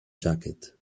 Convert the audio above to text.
jacket